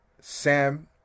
Sam